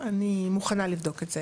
אני מוכנה לבדוק את זה,